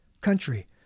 country